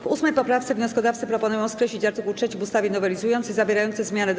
W 8. poprawce wnioskodawcy proponują skreślić art. 3 w ustawie nowelizującej zawierający zmianę do